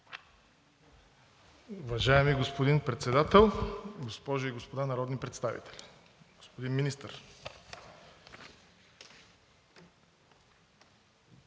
Уважаеми господин Председател, госпожи и господа народни представители! Господин Министър,